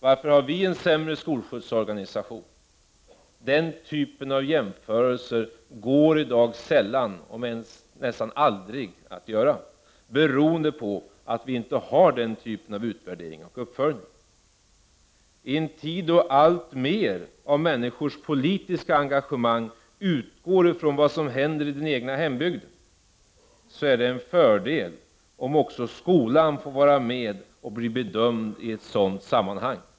Varför har vi en sämre skolskjutsorganisation?” Den typen av jämförelser går i dag sällan eller nästan aldrig att göra, beroende på att den typen av utvärdering och uppföljning inte görs. I en tid då alltmer av människors politiska engagemang utgår från vad som händer i den egna hembygden, är det en fördel om också skolan får vara med och blir bedömd i ett sådant sammanhang.